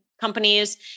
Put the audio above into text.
companies